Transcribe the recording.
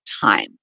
time